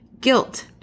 guilt